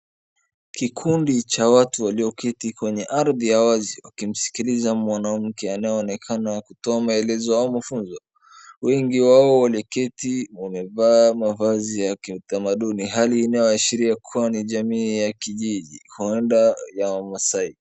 Kikundi cha watu walioketi kwenye ardhi ya wazi wakimsikiliza mwanamke anayeonekana wa kutoa maelezo au mafunzo. Wengi wao wanaketi wamevaa mavazi ya kitamanduni hali inayoashiria kuwa ni jamii ya kijiji huenda ya wa Maasai.